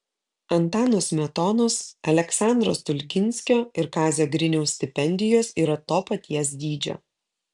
antano smetonos aleksandro stulginskio ir kazio griniaus stipendijos yra to paties dydžio